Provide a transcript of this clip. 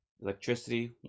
Electricity